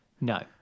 No